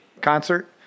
concert